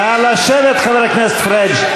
נא לשבת, חבר הכנסת פריג'.